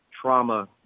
trauma